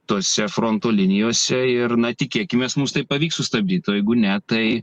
tose fronto linijose ir na tikėkimės mums tai pavyks sustabdyt o jeigu ne tai